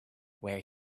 where